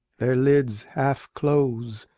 their lids half close,